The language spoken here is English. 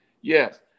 Yes